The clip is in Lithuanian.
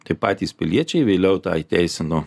tai patys piliečiai vėliau tą įteisino